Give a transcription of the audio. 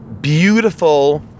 beautiful